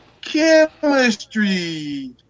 chemistry